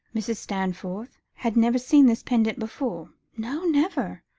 mrs. stanforth had never seen this pendant before? no never,